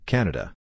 Canada